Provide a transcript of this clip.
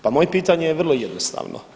Pa moje pitanje je vrlo jednostavno.